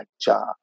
job